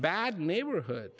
bad neighborhood